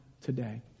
today